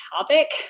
topic